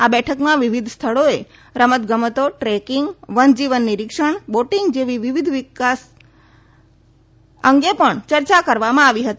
આ બેઠકમાં વિવિધ સ્થળોએ રમત ગમતો ટ્રેકિંગ વન જીવન નીરિક્ષણ બોટિંગ જેવી વિવિધ વિકસાવવા અંગે પણ ચર્ચા કરવામાં આવી હતી